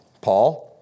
Paul